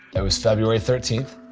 it was february thirteenth,